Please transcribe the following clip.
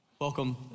Welcome